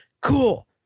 cool